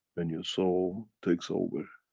and your soul takes over,